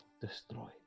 destroy